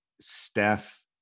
Steph